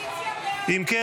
אם כן,